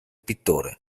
pittore